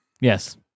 Yes